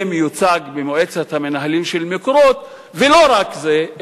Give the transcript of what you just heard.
במועצת המנהלים של "מקורות"; ולא רק זה,